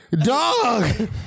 Dog